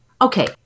okay